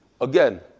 Again